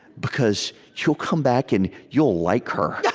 because you'll come back, and you'll like her.